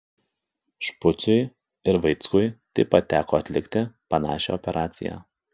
špuciui ir vaickui taip pat teko atlikti panašią operaciją